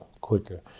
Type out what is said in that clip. quicker